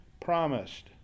promised